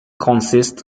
consists